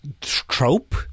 trope